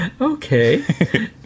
Okay